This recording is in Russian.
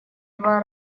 два